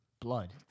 Blood